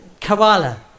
Koala